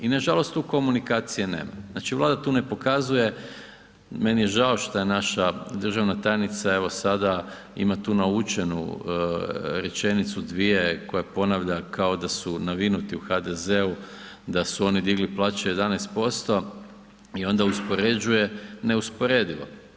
I nažalost tu komunikacije nema, znači Vlada tu ne pokazuje, meni je žao šta je naša državna tajnica, evo sada ima tu naučenu rečenicu, dvije, koju ponavlja kao da su navinuti u HDZ-u, da su oni digli plaće 11% i onda uspoređuje neusporedivo.